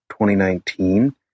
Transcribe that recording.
2019